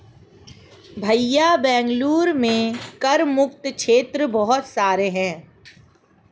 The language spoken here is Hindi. भैया बेंगलुरु में कर मुक्त क्षेत्र बहुत सारे हैं